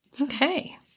Okay